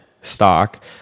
stock